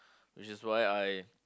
which is why I